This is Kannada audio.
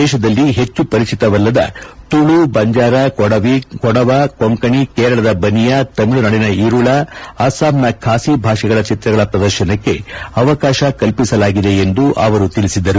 ದೇಶದಲ್ಲಿ ಹೆಚ್ಚು ಪರಿಚಿತವಲ್ಲದ ತುಳು ಬಂಜಾರ ಕೊಡವ ಕೊಂಕಣಿ ಕೇರಳದ ಬನಿಯಾ ತಮಿಳುನಾಡಿನ ಇರುಳ ಅಸ್ತಾಂನ ಖಾಸಿ ಭಾಷೆಗಳ ಚಿತ್ರಗಳ ಪ್ರದರ್ಶನಕ್ಕೆ ಅವಕಾಶ ಕಲ್ಲಿಸಲಾಗಿದೆ ಎಂದು ಅವರು ತಿಳಿಸಿದರು